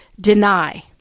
deny